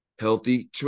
Healthy